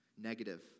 negative